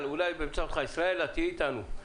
ישראלה, תהיי איתנו.